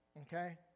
okay